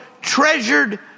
treasured